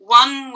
one